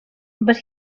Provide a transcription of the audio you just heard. but